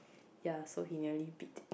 ya so he nearly bit